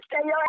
stay